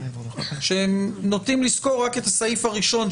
שהם נוטים לזכור רק את הסעיף הראשון,